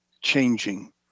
changing